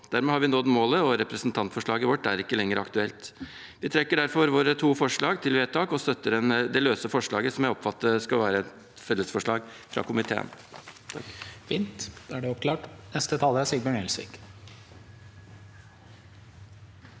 Dermed har vi nådd målet, og representantforslaget vårt er ikke lenger aktuelt. Vi trekker derfor våre to forslag til vedtak og støtter det løse forslaget, som jeg oppfatter skal være et felles forslag fra komiteen.